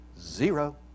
zero